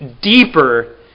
deeper